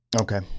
Okay